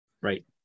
Right